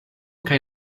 kaj